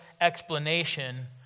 explanation